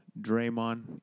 Draymond